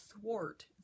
thwart